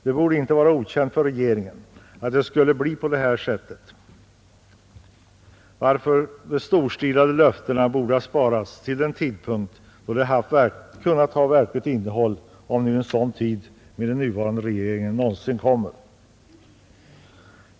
Det borde inte ha varit okänt för regeringen att det skulle bli på det här sättet, varför de storstilade löftena kunde ha sparats till den tidpunkt då de kunde ha haft verkligt innehåll — om nu en sådan tid med den nuvarande regeringen någonsin kommer.